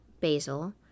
basil